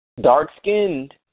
Dark-skinned